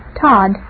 Todd